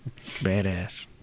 Badass